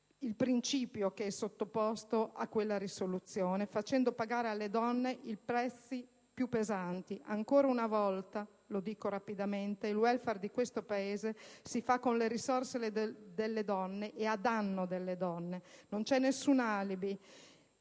il principio che è sottoposto a quella risoluzione, facendo pagare alle donne i prezzi più pesanti. Ancora una volta, il *welfare* di questo Paese si fa con le risorse delle donne e a danno delle stesse. Non c'è nessun alibi